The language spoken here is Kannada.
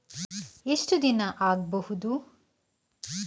ಎಷ್ಟು ದಿನ ಆಗ್ಬಹುದು?